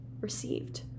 received